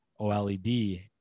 OLED